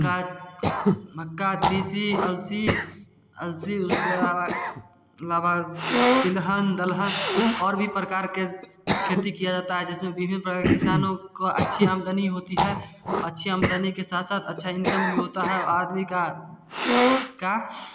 मक्का मक्का तीसी अलसी अलसी उसके अलावा अलावा तिलहन दलहन और भी प्रकार के खेती किया जाता है जिसमें विभिन्न प्रकार के किसानो का अच्छी आमदनी होती है अच्छी आमदनी के साथ साथ अच्छा इनकम भी होता है आदमी का का